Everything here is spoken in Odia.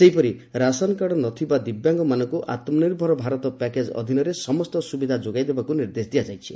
ସେହିପରି ରାସନ୍ କାର୍ଡ଼ ନ ଥିବା ଦିବ୍ୟାଙ୍ଗମାନଙ୍କୁ ଆତ୍ମନିର୍ଭର ଭାରତ ପ୍ୟାକେଜ୍ ଅଧୀନରେ ସମସ୍ତ ସୁବିଧା ଯୋଗାଇ ଦେବାକୁ ନିର୍ଦ୍ଦେଶ ଦିଆଯାଇଛି